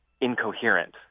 incoherent